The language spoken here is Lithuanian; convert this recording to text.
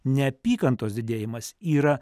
neapykantos didėjimas yra